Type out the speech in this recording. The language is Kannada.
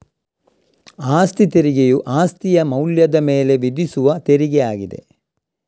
ಅಸ್ತಿ ತೆರಿಗೆಯು ಅಸ್ತಿಯ ಮೌಲ್ಯದ ಮೇಲೆ ವಿಧಿಸುವ ತೆರಿಗೆ ಆಗಿದೆ